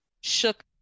shook